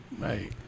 hey